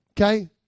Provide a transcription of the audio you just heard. Okay